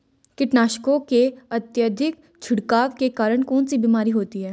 कीटनाशकों के अत्यधिक छिड़काव के कारण कौन सी बीमारी होती है?